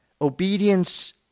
Obedience